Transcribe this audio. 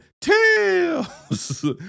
Tails